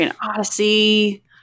Odyssey